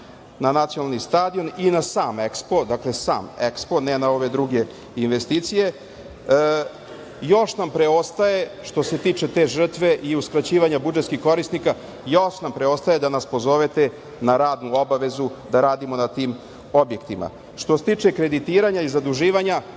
na nacionalni stadion i na sam EKSPO, dakle sam EKSPO ne na ove druge investicije. Još nam preostaje što se tiče te žrtve i uskraćivanja budžetskih korisnika, još nam preostaje da nas pozovete na radnu obavezu da radimo na tim objektima. Što se tiče kreditiranja i zaduživanja